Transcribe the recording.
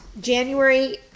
january